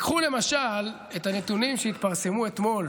קחו למשל את הנתונים שהתפרסמו אתמול